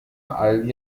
all